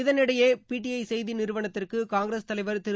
இதற்கிடையே பிடிஐ செய்தி நிறுவனத்திற்கு காங்கிரஸ் தலைவர் திரு